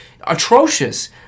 atrocious